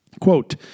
Quote